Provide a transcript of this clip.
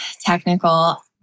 technical